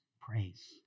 praise